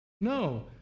No